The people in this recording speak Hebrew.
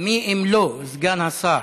מי אם לא סגן השר